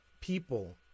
people